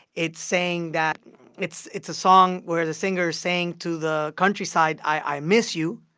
it's saying that it's it's a song where the singer is saying to the countryside, i miss you.